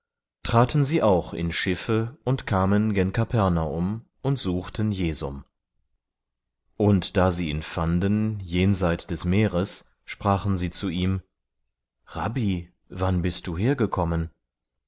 traten sie auch in schiffe und kamen gen kapernaum und suchten jesum und da sie ihn fanden jenseit des meeres sprachen sie zu ihm rabbi wann bist du hergekommen